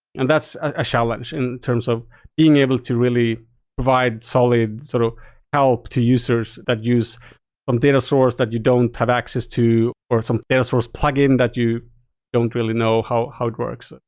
and that's a challenge in terms of being able to really provide solid sort of help to users that use um data source that you don't have access to or some data source plugin that you don't really know how how it works.